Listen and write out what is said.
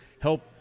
help